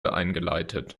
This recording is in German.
eingeleitet